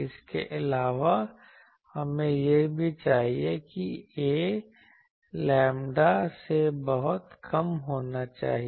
इसके अलावा हमें यह भी चाहिए कि 'a' लैम्ब्डा से बहुत कम होना चाहिए